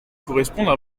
correspondre